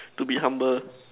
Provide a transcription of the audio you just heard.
to be humble